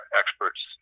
experts